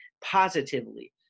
positively